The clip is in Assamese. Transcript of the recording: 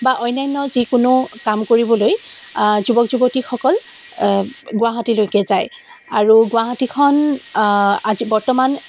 বা অন্যান্য যিকোনো কাম কৰিবলৈ যুৱক যুৱতীসকল গুৱাহাটীলৈক যায় আৰু গুৱাহাটীখন আজি বৰ্তমান